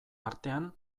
artean